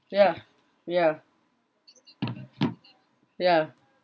ya ya ya